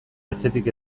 atzetik